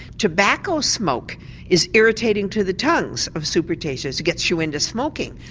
tobacco smoke is irritating to the tongues of supertasters, it gets you into smoking.